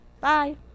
bye